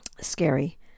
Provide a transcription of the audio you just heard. scary